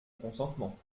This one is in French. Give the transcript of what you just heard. consentement